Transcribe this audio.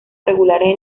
regulares